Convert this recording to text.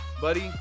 Buddy